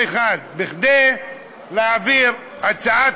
אנחנו נעביר את הצעת